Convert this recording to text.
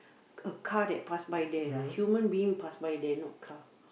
a car that pass by there lah human being pass by there not car